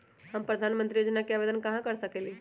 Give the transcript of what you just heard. हम प्रधानमंत्री योजना के आवेदन कहा से कर सकेली?